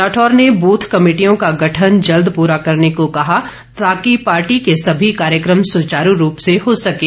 राठौर ने बूथ कमेटियों का गठन जल्द पूरा करने को कहा ताकि पार्टी के सभी कार्यक्रम सुचारू रूप से पूरे हो सकें